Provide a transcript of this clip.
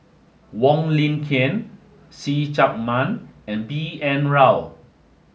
Wong Lin Ken See Chak Mun and B N Rao